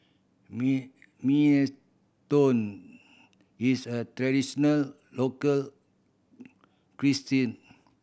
minestrone is a traditional local cuisine